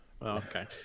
okay